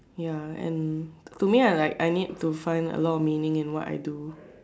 ya and to me I like I need to find a lot of meaning in what I do